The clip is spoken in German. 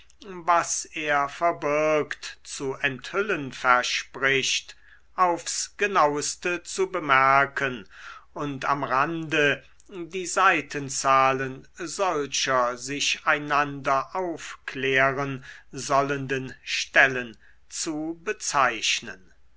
was er verbirgt zu enthüllen verspricht aufs genauste zu bemerken und am rande die seitenzahlen solcher sich einander aufklären sollenden stellen zu bezeichnen